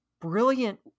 brilliant